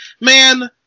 man